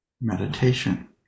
meditation